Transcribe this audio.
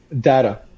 Data